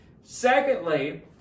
Secondly